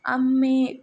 આમ મેં